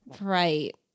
Right